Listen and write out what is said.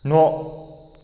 न'